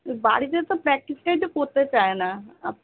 বাড়িতে তো প্র্যাক্টিসটাই তো করতে চায় না আপ